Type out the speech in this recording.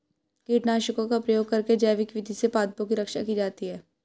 कीटनाशकों का प्रयोग करके जैविक विधि से पादपों की रक्षा की जाती है